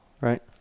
Right